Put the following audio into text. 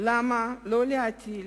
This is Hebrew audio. שלא להטיל